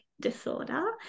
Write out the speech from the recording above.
Disorder